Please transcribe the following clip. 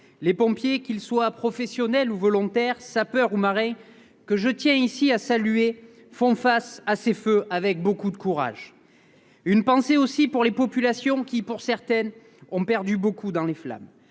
Les pompiers, qu'ils soient professionnels ou volontaires, sapeurs ou marins, et que je tiens à saluer ici, font face à ces feux avec un grand courage. J'ai aussi une pensée pour les populations, qui, pour certaines, ont perdu beaucoup dans les flammes.